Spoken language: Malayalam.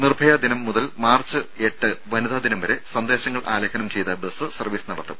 നിർഭയ ദിനം മുതൽ മാർച്ച് എട്ട് വനിതാ ദിനം വരെ സന്ദേശങ്ങൾ ആലേഖനം ചെയ്ത ബസ് സർവ്വീസ് നടത്തും